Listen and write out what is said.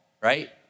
right